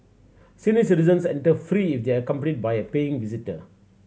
senior citizens enter free if they are accompanied by a paying visitor